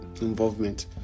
involvement